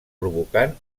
provocant